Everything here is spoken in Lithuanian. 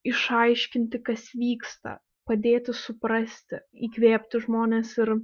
išaiškinti kas vyksta padėti suprasti įkvėpti žmones ir